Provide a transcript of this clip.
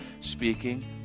speaking